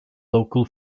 local